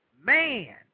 man